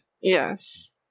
Yes